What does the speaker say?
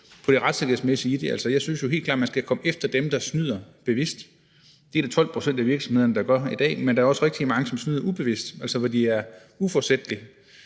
på det retssikkerhedsmæssige i det. Jeg synes jo helt klart, at man skal komme efter dem, der snyder bevidst, det er der 12 pct. af virksomhederne, der gør i dag, men der er også rigtig mange, som snyder ubevidst, altså hvor det er uforsætligt.